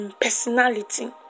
personality